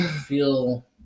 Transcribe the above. feel